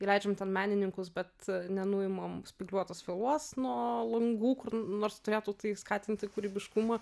įleidžiam ten menininkus bet nenuimam spygliuotos vielos nuo langų kur nors turėtų tai skatinti kūrybiškumą